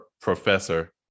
professor